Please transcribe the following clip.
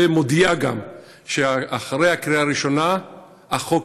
ומודיעה גם שאחרי הקריאה הראשונה החוק